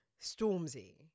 Stormzy